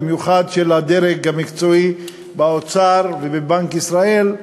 במיוחד של הדרג המקצועי באוצר ובבנק ישראל,